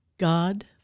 God